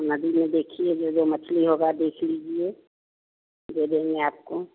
नदी में देखिए जो जो मछली होगा देख लीजिए दे देंगे आपको